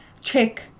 Check